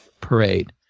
parade